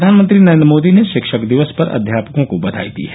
प्रधानमंत्री नरेंद्र मोदी ने शिक्षक दिवस पर अध्यापकों को बधाई दी है